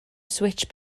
switch